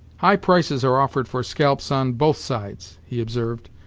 high prices are offered for scalps on both sides, he observed,